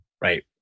Right